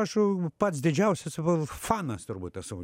aš pats didžiausias fanas turbūt esu